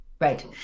right